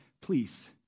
please